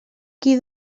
qui